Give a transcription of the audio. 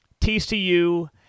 TCU